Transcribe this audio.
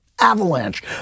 avalanche